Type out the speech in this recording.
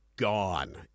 gone